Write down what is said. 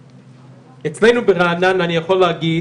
אצלנו ברעננה, אני יכול להגיד